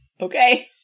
Okay